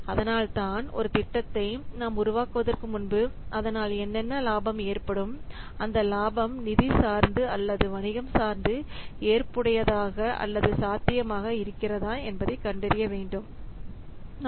அதனால்தான் ஒரு திட்டத்தை நாம் உருவாக்குவதற்கு முன்பு அதனால் என்னென்ன லாபம் ஏற்படும் அந்த லாபம் நிதி சார்ந்து அல்லது வணிகம் சார்ந்து ஏற்புடையதாக அல்லது சாத்தியமாக இருக்கிறதா என்பதை கண்டறிய வேண்டும் study report